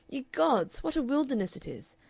ye gods! what a wilderness it is!